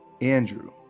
Andrew